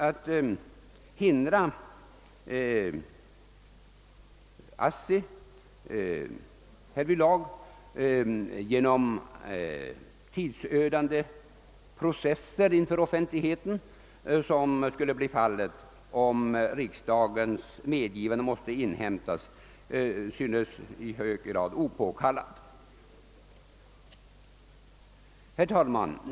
Att hindra ASSI härvidlag genom tidsödande processer inför offentligheten, som skulle bli fallet om riksdagens medgivande måste inhämtas, synes i hög grad opåkallat. Herr talman!